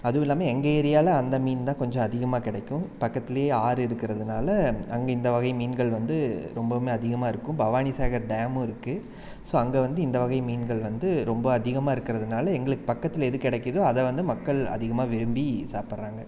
அதுவும் இல்லாம எங்கள் ஏரியாவில அந்த மீன் தான் கொஞ்சம் அதிகமாக கிடைக்கும் பக்கத்துல ஆறு இருக்கிறதுனால அங்கே இந்த வகை மீன்கள் வந்து ரொம்பவுமே அதிகமாக இருக்கும் பவானி சாகர் டேமும் இருக்கு ஸோ அங்கே வந்து இந்த வகை மீன்கள் வந்து ரொம்ப அதிகமாக இருக்கிறதுனால எங்களுக்கு பக்கத்தில் எது கிடைக்கிதோ அதை வந்து மக்கள் அதிகமாக விரும்பி சாப்பிட்றாங்க